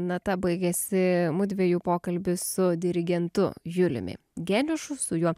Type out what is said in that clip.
nata baigėsi mudviejų pokalbis su dirigentu juliumi geniušu su juo